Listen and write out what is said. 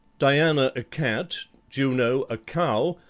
diana a cat, juno a cow,